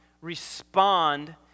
Respond